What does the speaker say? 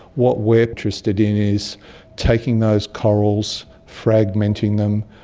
what we are interested in is taking those corals, fragmenting them,